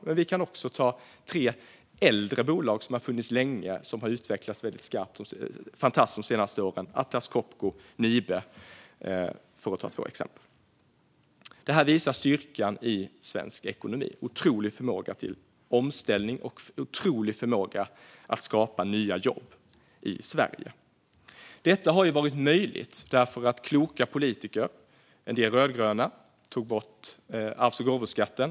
Men jag kan också nämna äldre bolag som har utvecklats fantastiskt de senaste åren - Atlas Copco och Nibe, för att ta två exempel. Det här visar styrkan i svensk ekonomi. Det är en otrolig förmåga till omställning och en otrolig förmåga att skapa nya jobb i Sverige. Detta har varit möjligt därför att kloka politiker, en del rödgröna, tog bort arvs och gåvoskatten.